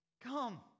come